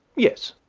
yes,